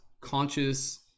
conscious